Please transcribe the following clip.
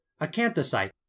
Acanthocyte